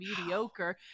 mediocre